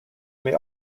may